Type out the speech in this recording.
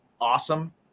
awesome